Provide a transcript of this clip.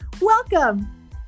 Welcome